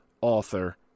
author